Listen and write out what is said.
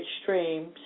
extreme